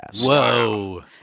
Whoa